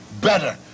better